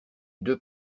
deux